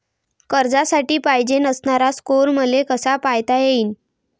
कर्जासाठी पायजेन असणारा स्कोर मले कसा पायता येईन?